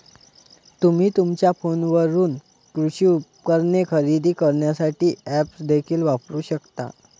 तुम्ही तुमच्या फोनवरून कृषी उपकरणे खरेदी करण्यासाठी ऐप्स देखील वापरू शकता